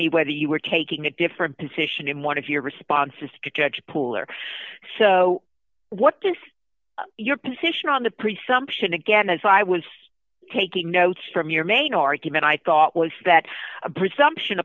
me whether you were taking a different position in one of your responses to judge pooler so what does your position on the presumption again as i was taking notes from your main argument i thought was that a presumption